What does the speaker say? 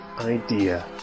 idea